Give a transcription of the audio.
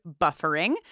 buffering